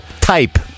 type